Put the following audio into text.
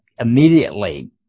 immediately